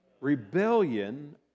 Rebellion